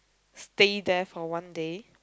stay there for one day